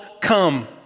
come